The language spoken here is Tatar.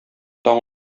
таң